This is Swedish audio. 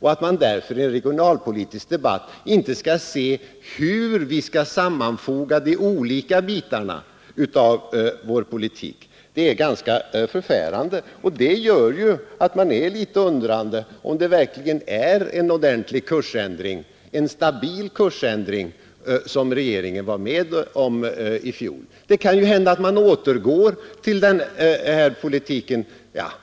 Att regeringens talesman i en regionalpolitisk debatt inte kan se hur nödvändigt det är att sammanfoga de olika bitarna av vår politik är ganska förfärande. Och det gör ju att man ställer sig litet undrande till om det var en verkligt stabil kursändring som regeringen var med om i fjol. Det kan hända att man återgår till en politik som